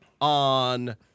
on